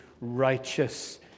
righteous